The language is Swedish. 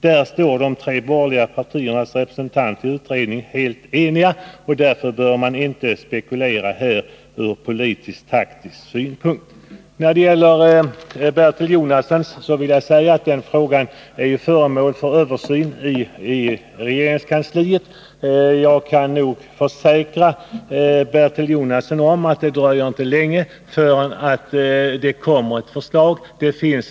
Där står de tre borgerliga partiernas representanter i utredningen helt eniga, och därför bör man inte här spekulera ur politisk-taktisk synpunkt. Den fråga som Bertil Jonasson tog upp är föremål för översyn i regeringskansliet. Jag kan försäkra Bertil Jonasson om att det inte dröjer länge förrän det kommer ett förslag.